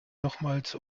nochmals